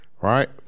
right